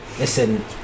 Listen